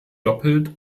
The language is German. doppelt